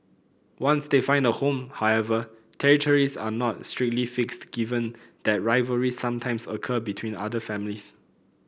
once they find a home however territories are not strictly fixed given that rivalries sometimes occur between otter families